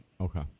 okay